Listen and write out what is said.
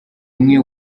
umwe